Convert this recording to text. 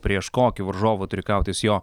prieš kokį varžovą turi kautis jo